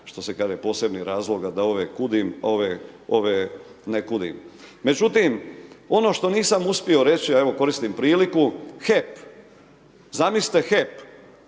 što se kaže, posebnih razloga da ove kudim, a ove ne kudim. Međutim, ono što nisam uspio reći a evo koristim priliku, HEP, zamislite HEP,